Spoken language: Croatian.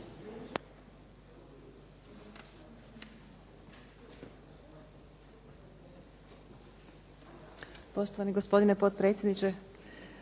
Poštovani gospodine potpredsjedniče